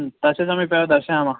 पश्य समीपे पश्यामः